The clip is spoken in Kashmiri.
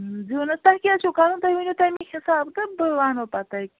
زیُن حظ تۅہہِ کیٛاہ حظ چھُو کَرُن تُہۍ ؤنِو تَمی حِساب تہٕ بہٕ وَنہو پتہٕ تۅہہِ